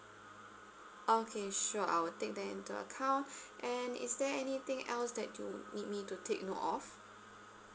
okay sure I will take that into account and is there anything else that you need me to take note of